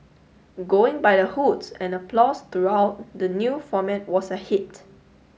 going by the hoots and applause throughout the new format was a hit